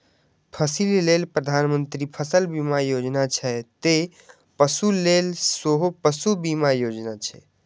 फसिल लेल प्रधानमंत्री फसल बीमा योजना छै, ते पशु लेल सेहो पशु बीमा योजना छै